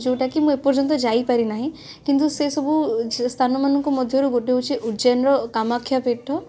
ସେତୁ ନିର୍ମାଣ ସମୁଦ୍ରରେ ସେତୁ ଏହା ଗୋଟେ ଅସମ୍ଭବ ଜିନିଷ